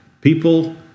people